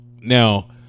Now